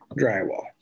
drywall